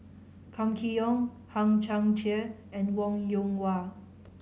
Kam Kee Yong Hang Chang Chieh and Wong Yoon Wah